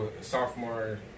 sophomore